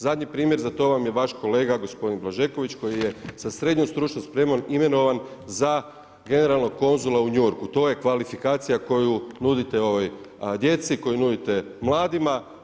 Zadnji primjer za to vam je vaš kolega gospodin Božeković, koji je sa srednjom stručnom spremom imenovan za generalnog konzula u New Yorku, to je kvalifikacija, koju nudite ovoj djeci, koju nudite mladima.